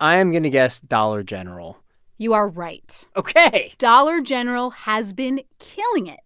i am going to guess dollar general you are right ok dollar general has been killing it